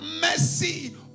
mercy